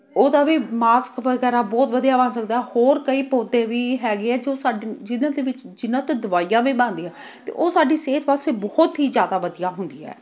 ਉਹਦਾ ਵੀ ਮਾਸਕ ਵਗੈਰਾ ਬਹੁਤ ਵਧੀਆ ਬਣ ਸਕਦਾ ਹੋਰ ਕਈ ਪੌਦੇ ਵੀ ਹੈਗੇ ਆ ਜੋ ਸਾਡੇ ਜਿਹਨਾਂ ਦੇ ਵਿੱਚ ਜਿਹਨਾਂ ਤੋਂ ਦਵਾਈਆਂ ਵੀ ਬਣਦੀਆਂ ਅਤੇ ਉਹ ਸਾਡੀ ਸਿਹਤ ਵਾਸਤੇ ਬਹੁਤ ਹੀ ਜ਼ਿਆਦਾ ਵਧੀਆ ਹੁੰਦੀ ਹੈ